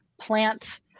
plant